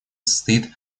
состоит